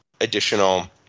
additional